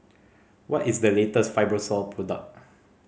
what is the latest Fibrosol product